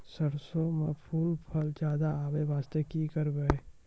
सरसों म फूल फल ज्यादा आबै बास्ते कि करबै?